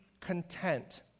content